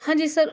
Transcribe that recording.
हाँ जी सर